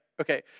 Okay